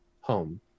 home